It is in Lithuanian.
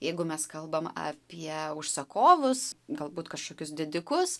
jeigu mes kalbam apie užsakovus galbūt kažkokius didikus